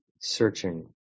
searching